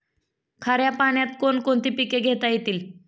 खाऱ्या पाण्यात कोण कोणती पिके घेता येतील?